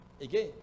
again